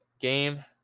game